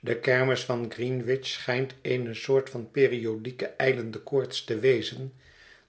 de kermis van greenwich schijnt eene soort van periodieke ijlende koorts te wezen